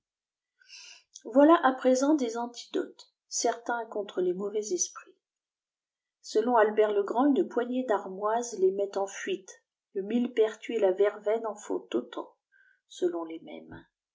voici à présent des antidotes certains contre les mauvais esprits selon albert le grand une poignée d'armoise les met en fuite le mille pertuis et la verveine en font autant selon le même